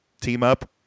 team-up